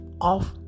off